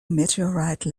meteorite